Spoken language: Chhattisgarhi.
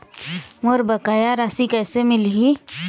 मोर बकाया राशि कैसे मिलही?